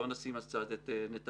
בואו נשים בצד את נתניהו,